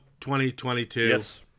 2022